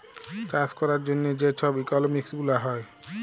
চাষ ক্যরার জ্যনহে যে ছব ইকলমিক্স গুলা হ্যয়